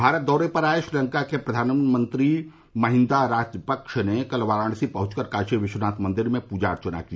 भारत दौरे पर आए श्रीलंका के प्रधानमंत्री महिंदा राजपक्ष ने कल वाराणसी पहंचकर काशी विश्वनाथ मंदिर में पूजा अर्चना की